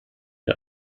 der